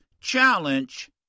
challenge